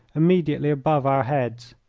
immediately above our heads.